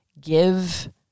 give